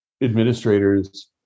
administrators